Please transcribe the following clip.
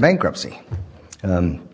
bankruptcy and